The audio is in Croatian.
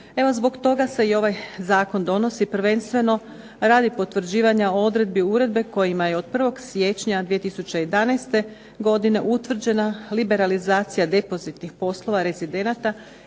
zbog toga se i ovaj zakon donosi prvenstveno radi potvrđivanja odredbi Uredbe kojima je od prvog siječnja 2011. godine utvrđena liberalizacija depozitnih poslova rezidenata